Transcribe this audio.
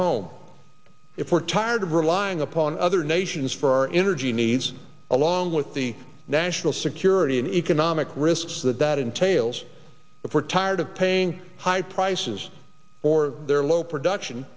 home if we're tired of relying upon other nations for our energy needs along with the national security and economic risks that it entails we're tired of paying high prices for their low production